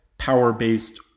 power-based